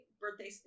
birthday